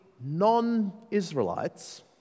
non-Israelites